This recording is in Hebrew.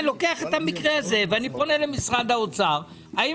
אני לוקח את המקרה הזה ופונה למשרד האוצר האם